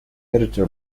editor